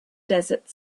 desert